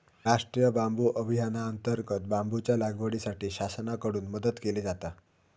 राष्टीय बांबू अभियानांतर्गत बांबूच्या लागवडीसाठी शासनाकडून मदत केली जाता